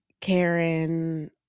Karen